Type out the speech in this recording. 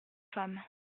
femmes